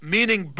Meaning